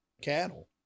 cattle